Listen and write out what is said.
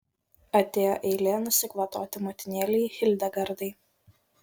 atėjo eilė nusikvatoti motinėlei hildegardai